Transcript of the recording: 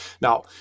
Now